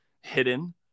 hidden